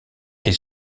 est